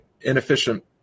inefficient